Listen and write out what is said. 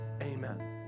amen